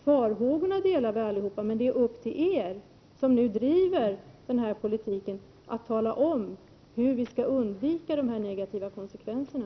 Farhågorna delar vi alla, men det är upp till er som driver den här politiken att tala om, hur vi skall undvika de negativa konsekvenserna.